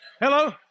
Hello